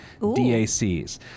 DACs